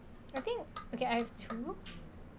I think okay I've to